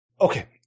Okay